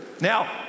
Now